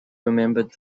remembered